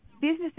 businesses